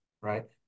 right